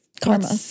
karma